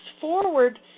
forward